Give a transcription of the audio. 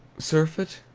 surfeit?